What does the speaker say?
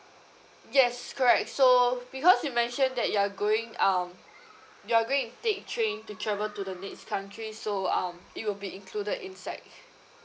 yes correct so because you mentioned that you are going um you're going to take train to travel to the next country so um it will be included inside